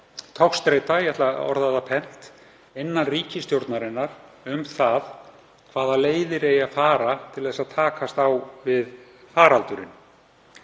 togstreita, ég ætla að orða það pent, innan ríkisstjórnarinnar um það hvaða leiðir eigi að fara til að takast á við faraldurinn